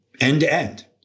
end-to-end